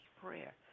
prayer